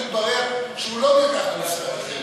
והתברר שהוא לא נלקח למשרד אחר.